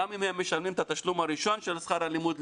גם אם הם משלמים את התשלום הראשון של שכר הלימוד,